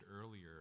earlier